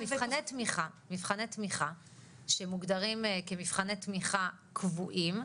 מבחני תמיכה שמוגדרים כמבחני תמיכה קבועים,